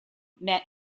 met